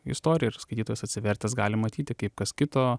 istoriją ir skaitytojas atsivertęs gali matyti kaip kas kito